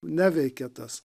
neveikia tas